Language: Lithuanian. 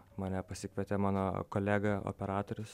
mane pasikvietė mano kolega operatorius